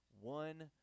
one